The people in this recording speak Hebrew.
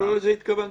לא לזה התכוונתי.